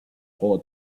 juego